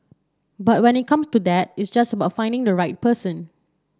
but when it comes to that it's just about finding the right person